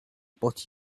but